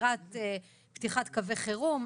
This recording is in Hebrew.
פתיחת קווי חירום,